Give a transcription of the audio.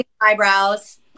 eyebrows